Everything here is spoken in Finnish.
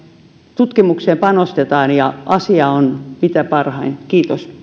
tutkimukseen panostetaan ja asia on mitä parhain kiitos